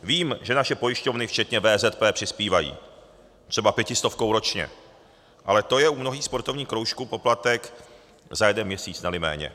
Vím, že naše pojišťovny včetně VZP přispívají třeba pětistovkou ročně, ale to je u mnohých sportovních kroužků poplatek za jeden měsíc, neli méně.